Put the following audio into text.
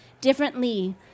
differently